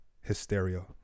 hysteria